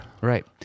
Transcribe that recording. Right